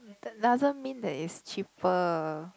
doesn't mean that it's cheaper